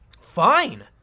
Fine